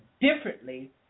differently